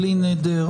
בלי נדר,